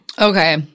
Okay